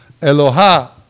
Eloha